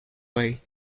way